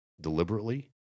deliberately